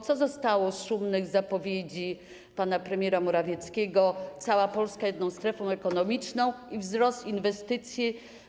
Co zostało z szumnych zapowiedzi pana premiera Morawieckiego: Cała Polska jedną strefą ekonomiczną, i zapowiedzi wzrostu inwestycji?